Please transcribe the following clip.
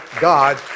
God